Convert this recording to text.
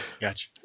gotcha